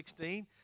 16